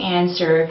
answer